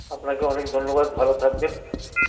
আপনাকে অনেক ধন্যবাদ ভালো থাকবেন